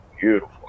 beautiful